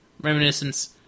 reminiscence